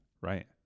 Right